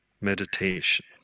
meditation